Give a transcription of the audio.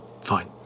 Fine